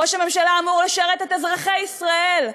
ראש הממשלה אמור לשרת את אזרחי ישראל,